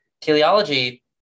Teleology